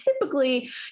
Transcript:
typically